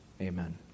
Amen